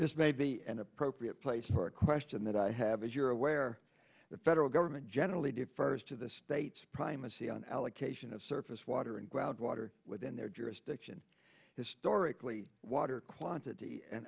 this may be an appropriate place for a question that i have as you're aware the federal government generally defers to the states primacy on allocation of surface water and groundwater within their jurisdiction historically water quantity and